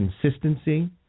consistency